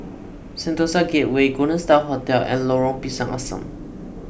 Sentosa Gateway Golden Star Hotel and Lorong Pisang Asam